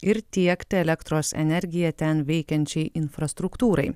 ir tiekti elektros energiją ten veikiančiai infrastruktūrai